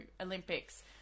Olympics